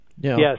yes